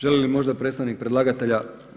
Želi li možda predstavnik predlagatelja?